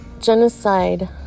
genocide